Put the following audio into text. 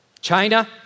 China